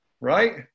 Right